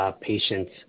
patients